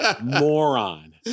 moron